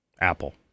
Apple